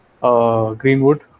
Greenwood